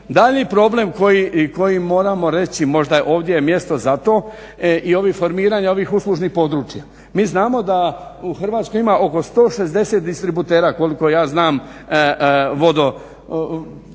Daljnji problem koji moramo reći, možda ovdje je mjesto za to, i formiranja ovih uslužnih područja. Mi znamo da u Hrvatskoj ima oko 160 distributera, koliko ja znam, pitke